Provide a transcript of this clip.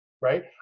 right